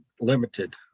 limited